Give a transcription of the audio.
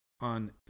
on